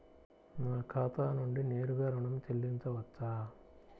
నా ఖాతా నుండి నేరుగా ఋణం చెల్లించవచ్చా?